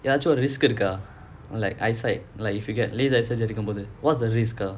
ஏதாச்சும்:ethachum risk இருக்க:irukka like eyesight like if you get laser surgery what's the risk ah